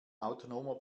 autonomer